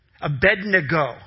Abednego